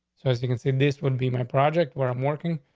so as you can see, this would be my project where i'm working.